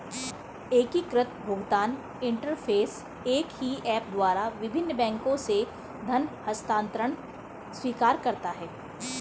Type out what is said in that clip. एकीकृत भुगतान इंटरफ़ेस एक ही ऐप द्वारा विभिन्न बैंकों से धन हस्तांतरण स्वीकार करता है